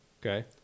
Okay